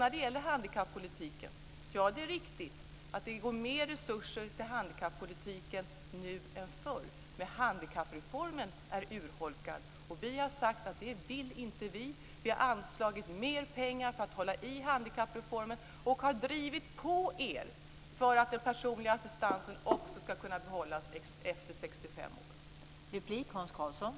När det gäller handikappolitiken är det riktigt att det går mer resurser till handikappolitiken nu jämfört med hur det var förr men handikappreformen är urholkad. Vi har sagt att det är något som vi inte vill. Vi har anslagit mer pengar för att hålla i handikappreformen och har drivit på er för att den personliga assistansen ska kunna behållas också efter det att man fyllt 65.